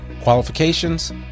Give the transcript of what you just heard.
Qualifications